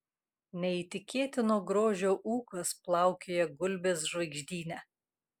neįtikėtino grožio ūkas plaukioja gulbės žvaigždyne